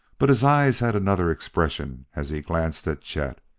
but his eyes had another expression as he glanced at chet.